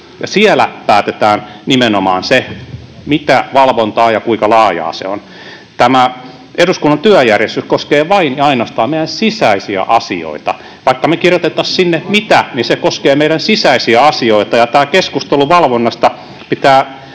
siellä päätetään nimenomaan se, mitä valvontaa ja kuinka laajaa se on. Tämä eduskunnan työjärjestys koskee vain ja ainoastaan meidän sisäisiä asioitamme. Vaikka me kirjoittaisimme sinne mitä, niin se koskee meidän sisäisiä asioitamme, ja tämä keskustelu valvonnasta pitää